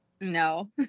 No